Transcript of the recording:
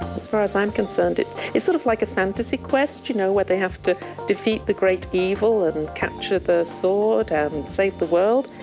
as far as i'm concerned it's sort of like a fantasy quest you know where they have to defeat the great evil and and capture the sword and save the world.